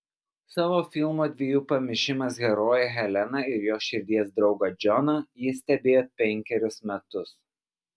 savo filmo dviejų pamišimas heroję heleną ir jos širdies draugą džoną ji stebėjo penkerius metus